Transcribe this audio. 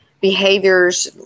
behaviors